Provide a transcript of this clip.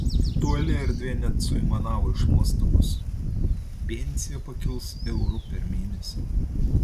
virtuali erdvė net suaimanavo iš nuostabos pensija pakils euru per mėnesį